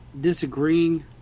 disagreeing